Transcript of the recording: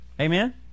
Amen